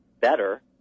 better